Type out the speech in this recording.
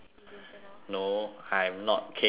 no I'm not K_N_N